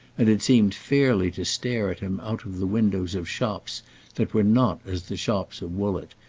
and it seemed fairly to stare at him out of the windows of shops that were not as the shops of woollett,